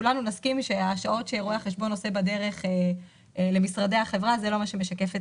כולנו נסכים שהשעות שרואה החשבון עושה בדרך למשרדי החברה לא משקפים